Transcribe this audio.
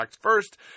first